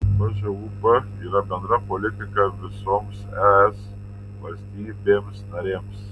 bžūp yra bendra politika visoms es valstybėms narėms